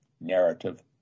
narrative